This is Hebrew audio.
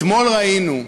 אתמול ראינו,